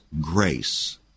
grace